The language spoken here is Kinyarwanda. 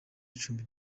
icumbi